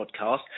podcast